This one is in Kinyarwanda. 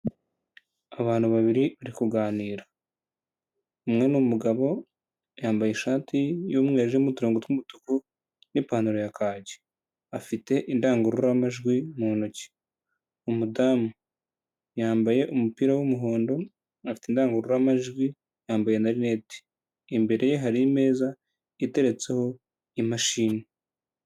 Abantu babiri bari kuganira umwe ni umugabo yambaye ishati y'umweru irimo uturongo tw'umutuku n'ipantaro ya kaki, afite indangururamajwi mu ntoki, umudamu yambaye umupira w'umuhondo afite indangururamajwi yambaye na rinete, imbere ye hari imeza iteretseho imashini.